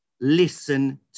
listen